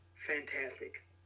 fantastic